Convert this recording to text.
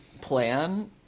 plan